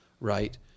Right